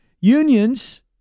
unions